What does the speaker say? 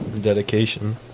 Dedication